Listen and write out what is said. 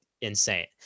insane